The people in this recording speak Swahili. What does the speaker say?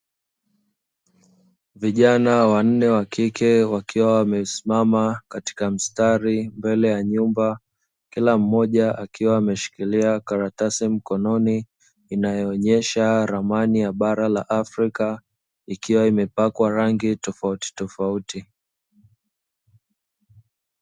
Vijana wanne wa kike wakiwa wamesimama katika mstari mbele ya nyumba, kila mmoja akiwa ameshikilia karatasi mkononi inayo onyesha ramani ya bara la afrika ikiwa imepakwa rangi tofauti tofauti.